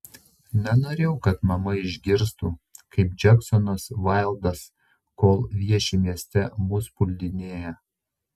nenorėjau kad mama išgirstų kaip džeksonas vaildas kol vieši mieste mus puldinėja